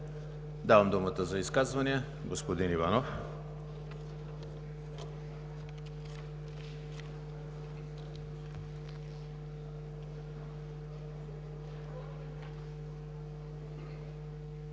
Давам думата за изказвания. Господин Иванов,